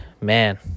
man